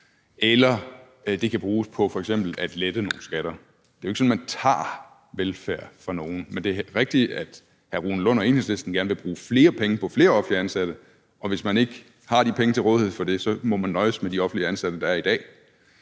eller til f.eks. at lette nogle skatter. Det er jo ikke sådan, at man tager velfærd fra nogen. Men det er rigtigt, at hr. Rune Lund og Enhedslisten gerne vil bruge flere penge på flere offentligt ansatte, og hvis man ikke har pengene til rådighed til det, må man nøjes med de offentligt ansatte, der er i dag.